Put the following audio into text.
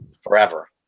forever